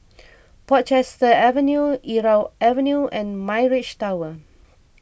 Portchester Avenue Irau Avenue and Mirage Tower